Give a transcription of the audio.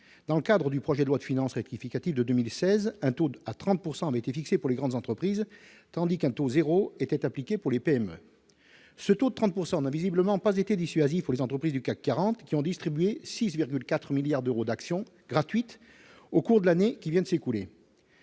dans le projet de loi de finances rectificative de 2016 pour les grandes entreprises, tandis qu'un taux nul s'appliquait aux PME. Ce taux de 30 % n'a visiblement pas été dissuasif pour les entreprises du CAC 40, qui ont distribué 6,4 milliards d'euros d'actions gratuites au cours de l'année qui vient de s'écouler.